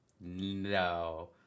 No